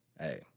hey